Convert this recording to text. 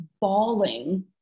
bawling